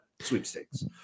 sweepstakes